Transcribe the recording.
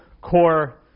core